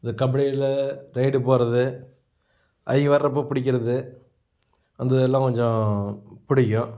இந்த கபடியில் ரைடு போகிறது அவங்க வர்றப்போ பிடிக்கிறது வந்து இதெல்லாம் கொஞ்சம் பிடிக்கும்